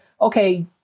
okay